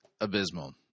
abysmal